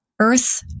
earth